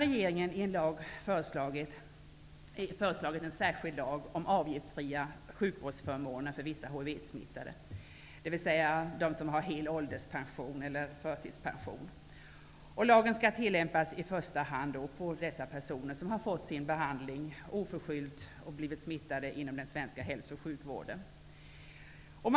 Regeringen har nyligen föreslagit en särskild lag om avgiftsfria sjukvårdsförmåner för vissa hivsmittade, dvs. för dem som har hel ålders eller förtidspension. Lagen skall i första hand tillämpas på personer som har behandlats inom den svenska hälso och sjukvården och i samband därmed smittats av hiv.